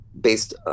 based